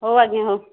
ହଉ ଆଜ୍ଞା ହଉ